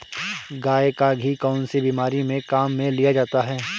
गाय का घी कौनसी बीमारी में काम में लिया जाता है?